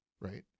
right